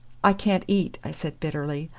i can't eat, i said bitterly.